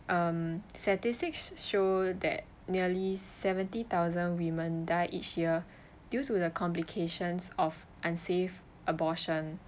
um statistics show that nearly seventy thousand women die each year due to the complications of unsafe abortion